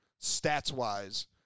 stats-wise